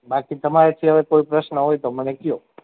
બાકી તમારે એ સીવાય કોઈ પ્રશ્ન હોય તો મને કહો